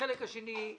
החלק השני,